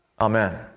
Amen